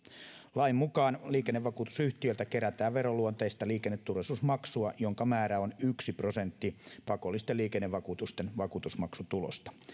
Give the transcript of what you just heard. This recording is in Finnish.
lain mukaan liikennevakuutusyhtiöltä kerätään veroluonteista liikenneturvallisuusmaksua jonka määrä on yksi prosentti pakollisten liikennevakuutusten vakuutusmaksutulosta